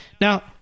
Now